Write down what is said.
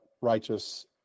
righteous